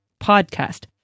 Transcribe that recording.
podcast